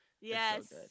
Yes